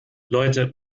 leute